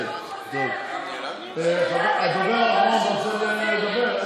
זה שידור חוזר, אתה רוצה לדבר?